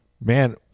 Man